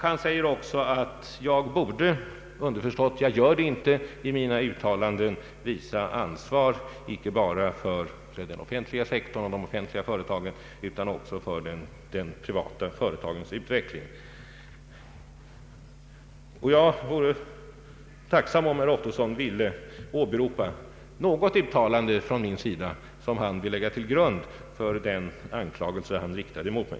Han säger också att jag borde — underförstått: jag gör det inte — i mina uttalanden visa ansvar, inte bara för den offentliga sektorn, de offentliga företagen, utan också för den privata företagsamtens utveckling. Jag vore tacksam om herr Ottosson kunde återge något uttalande av mig som han vill lägga till grund för den anklagelse som han riktar mot mig.